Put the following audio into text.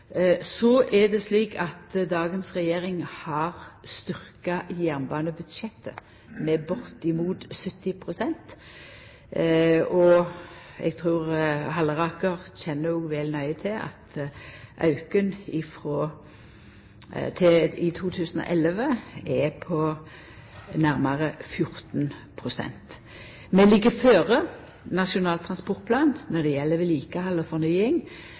Dagens regjering har styrkt jernbanebudsjettet med bortimot 70 pst., og eg trur òg Halleraker kjenner vel til at auken i 2011 er på nærmare 14 pst. Vi ligg føre Nasjonal transportplan når det gjeld vedlikehald og fornying.